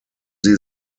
sie